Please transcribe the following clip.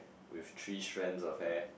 with three strands of hair